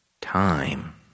time